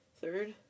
Third